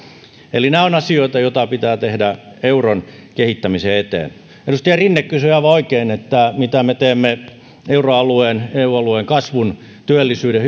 eli nämä ovat asioita joita pitää tehdä euron kehittämisen eteen edustaja rinne kysyi aivan oikein mitä me teemme euroalueen ja eu alueen kasvun työllisyyden